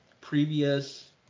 previous